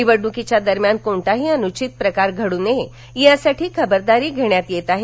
निवडणुकीच्या दरम्यान कोणताही अनुषित प्रकार घडु नये यासाठी खबरदारी घेण्यात येत आहे